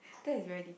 that is very detail